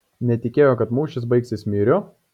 netikėjo kad mūšis baigsis myriu